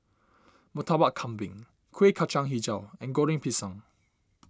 Murtabak Kambing Kueh Kacang HiJau and Goreng Pisang